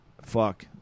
fuck